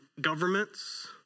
governments